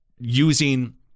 using